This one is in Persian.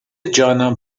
جانا